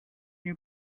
you